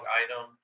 item